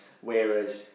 whereas